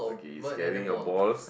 okay he's scaring your balls